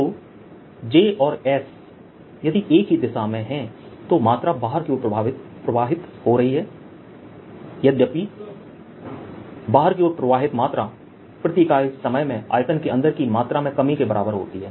तो j और s यदि एक ही दिशा में हैं तो मात्रा बाहर की ओर प्रवाहित हो रही है यद्यपि बाहर की ओर प्रवाहित मात्रा प्रति इकाई समय में आयतन के अंदर मात्रा में कमी के बराबर होती है